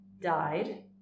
died